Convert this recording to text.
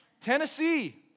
Tennessee